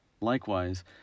Likewise